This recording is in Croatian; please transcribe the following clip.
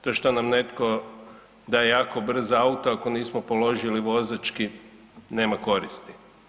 To što nam netko daje jako brz auto ako nismo položili vozački nema koristi.